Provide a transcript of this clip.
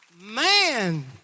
Man